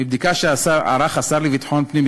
מבדיקה שערך השר לביטחון פנים,